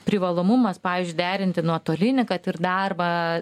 privalomumas pavyzdžiui derinti nuotolinį kad ir darbą